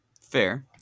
Fair